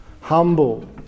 humble